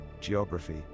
geography